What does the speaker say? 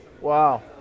Wow